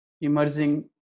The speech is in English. emerging